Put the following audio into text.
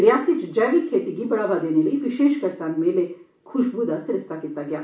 रियासी च जैविक खेती गी बढ़ावा देने लेई विशेष किसान मेले खुशबू दा सरिस्ता कीता गेआ